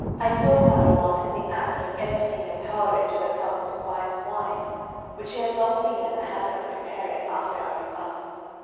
i saw clarimonde in the act of emptying a powder into the cup of spiced wine which she had long been in the habit of preparing after our repasts.